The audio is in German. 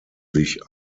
sich